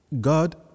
God